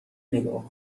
نگاه